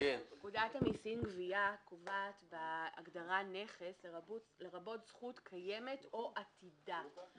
פקודת המסים (גבייה) קובעת בהגדרה נכס: לרבות זכות קיימת או עתידה.